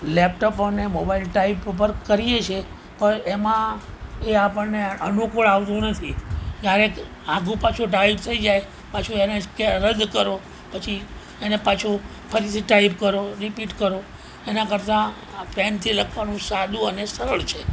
laptop અને mobile type ઉપર કરીએ છીએ પણ એમાં એ આપણને અનુકૂળ આવતું નથી કારણ કે આઘું પાછું ટાઇપ થઈ જાય પાછું એને રદ કરો પછી એને પાછું ફરીથી ટાઇપ કરો રિપીટ કરો એના કરતાં પેનથી લખવાનું સાદું અને સરળ છે